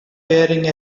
wearing